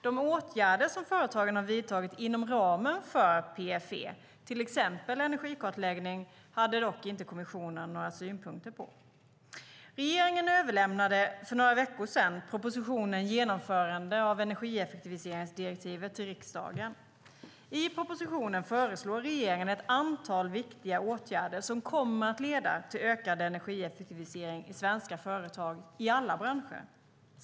De åtgärder som företagen vidtagit inom ramen för PFE, till exempel energikartläggning, hade dock inte kommissionen några synpunkter på. Regeringen överlämnade för några veckor sedan propositionen Genomförande av energieffektiviseringsdirektivet till riksdagen. I propositionen föreslår regeringen ett antal viktiga åtgärder som kommer att leda till ökad energieffektivisering i svenska företag i alla branscher.